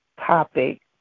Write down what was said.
topic